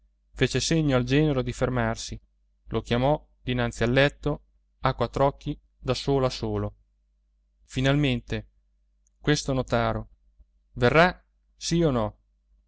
fece segno al genero di fermarsi lo chiamò dinanzi al letto a quattr'occhi da solo a solo finalmente questo notaro verrà sì o no